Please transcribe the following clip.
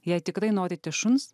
jei tikrai norite šuns